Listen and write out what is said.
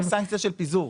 ללא סנקציה של פיזור.